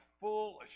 full